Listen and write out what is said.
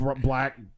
black